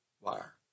wire